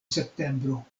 septembro